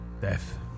Death